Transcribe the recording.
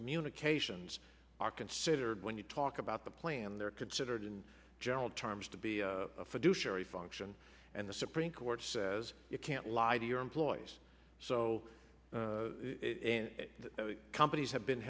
communications are considered when you talk about the plan they're considered in general terms to be a fiduciary function and the supreme court says you can't lie to your employees so that companies have been